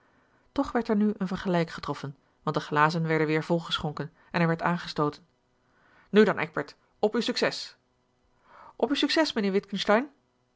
toch werd er nu een vergelijk getroffen want de glazen werden weer volgeschonken en er werd aangestooten nu dan eckbert op uw succes op uw succes mijnheer witgensteyn